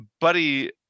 buddy